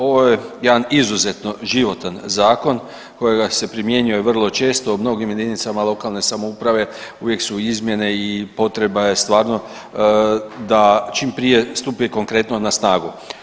Ovo je jedan izuzetno životan zakon kojega se primjenjuje vrlo često u mnogim jedinicama lokalne samouprave uvijek su izmjene i potreba je stvarno da čim prije stupi konkretno na snagu.